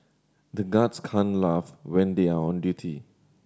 the guards can't laugh when they are on duty